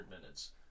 minutes